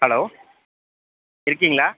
hello இருக்கிங்களா